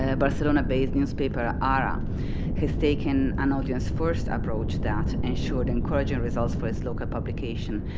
ah barcelona based newspaper ah ah has taken an audience first approach that insured encouraging results for its local publication.